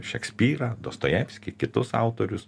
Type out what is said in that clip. šekspyrą dostojevskį kitus autorius